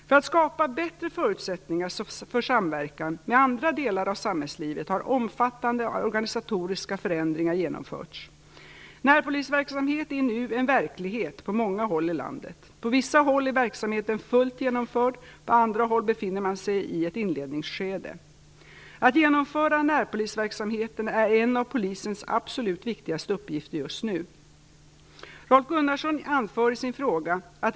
För att skapa bättre förutsättningar för samverkan med andra delar av samhällslivet har omfattande organisatoriska förändringar genomförts. Närpolisverksamhet är nu en verklighet på många håll i landet. På vissa håll är verksamheten fullt genomförd, på andra håll befinner man sig i ett inledningsskede. Att genomföra närpolisverksamheten är en av polisens absolut viktigaste uppgifter just nu.